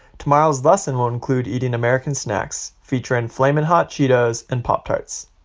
tomorrow's lesson will include eating american snacks, featuring flamin' hot cheetos and pop-tarts.